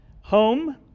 Home